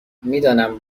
میدانم